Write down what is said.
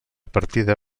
partida